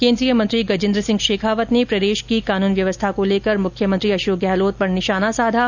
केन्द्रीय मंत्री गजेन्द्र सिंह शेखावत ने प्रदेश की कानून व्यवस्था को लेकर मुख्यमंत्री अशोक गहलोत पर निशाना साधा